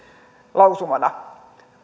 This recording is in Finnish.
lausumana